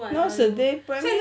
nowadays 不然